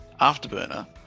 afterburner